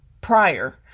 prior